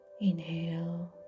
Inhale